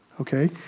okay